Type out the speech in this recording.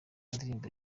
indirimbo